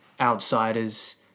outsiders